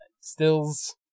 stills